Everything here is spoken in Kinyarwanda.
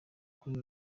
kuri